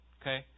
Okay